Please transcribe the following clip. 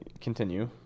continue